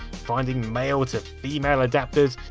finding male to female adaptors,